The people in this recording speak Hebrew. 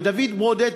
ודוד ברודט,